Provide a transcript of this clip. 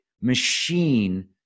machine